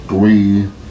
Three